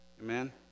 Amen